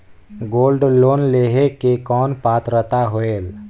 Gold loan लेहे के कौन पात्रता होएल?